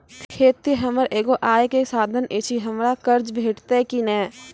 खेतीये हमर एगो आय के साधन ऐछि, हमरा कर्ज भेटतै कि नै?